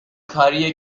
کاریه